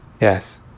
Yes